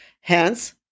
Hence